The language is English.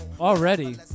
Already